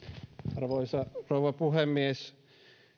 arvoisa rouva puhemies